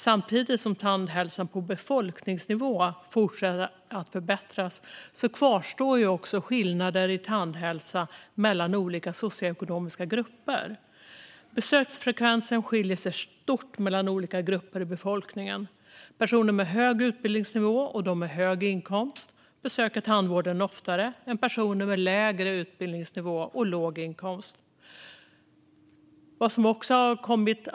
Samtidigt som tandhälsan på befolkningsnivå fortsätter att förbättras kvarstår dock skillnader i tandhälsa mellan olika socioekonomiska grupper. Besöksfrekvensen skiljer sig stort mellan olika grupper i befolkningen. Personer med hög utbildningsnivå och de med hög inkomst besöker tandvården oftare än personer med lägre utbildningsnivå och låg inkomst.